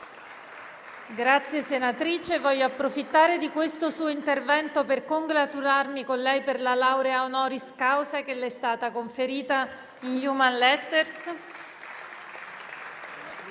Grazie, senatrice La Marca. Voglio approfittare di questo suo intervento per congratularmi con lei per la laurea *honoris causa* che le è stata conferita in *humane letters*.